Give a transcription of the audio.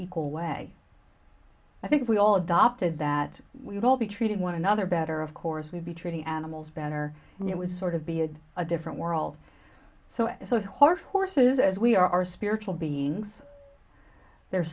equal way i think we all adopted that we would all be treated one another better of course we'd be treating animals better and it was sort of beard a different world so hard horses as we are spiritual beings their